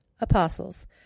apostles